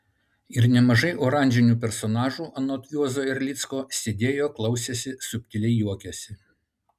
ir nemažai oranžinių personažų anot juozo erlicko sėdėjo klausėsi subtiliai juokėsi